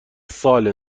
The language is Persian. سال